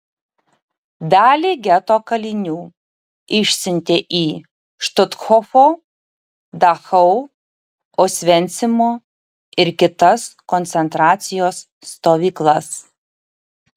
dalį geto kalinių išsiuntė į štuthofo dachau osvencimo ir kitas koncentracijos stovyklas